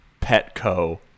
Petco